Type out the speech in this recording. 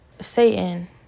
Satan